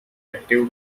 active